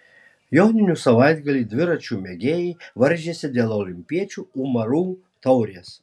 joninių savaitgalį dviračių mėgėjai varžėsi dėl olimpiečių umarų taurės